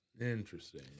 Interesting